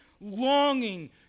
longing